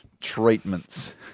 treatments